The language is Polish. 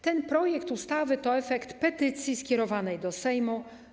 Ten projekt ustawy to efekt petycji skierowanej do Sejmu.